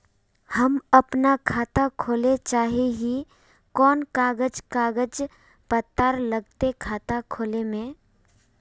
हम अपन खाता खोले चाहे ही कोन कागज कागज पत्तार लगते खाता खोले में?